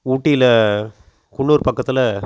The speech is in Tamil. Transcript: ஊட்டியி குன்னூர் பக்கத்தில்